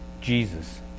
Jesus